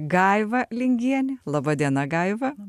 gaiva lingienė laba diena gaiva